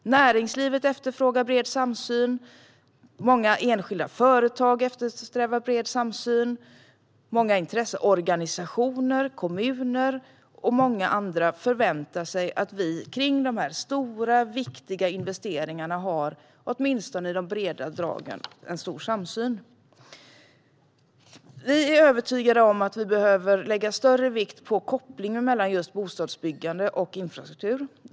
Näringslivet efterfrågar bred samsyn. Många enskilda företag efterfrågar bred samsyn. Många intresseorganisationer, kommuner och andra förväntar sig att vi åtminstone i de breda dragen har stor samsyn när det gäller de här stora, viktiga investeringarna. Vi är övertygade om att vi behöver lägga större vikt vid kopplingen mellan just bostadsbyggande och infrastruktur.